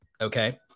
okay